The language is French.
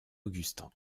augustin